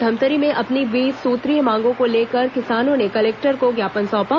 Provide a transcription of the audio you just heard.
धमतरी में अपनी बीस सुत्रीय मांगों को लेकर किसानों ने कलेक्टर को ज्ञापन सौंपा